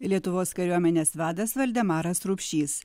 lietuvos kariuomenės vadas valdemaras rupšys